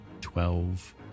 twelve